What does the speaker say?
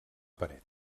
paret